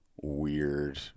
weird